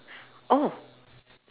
oh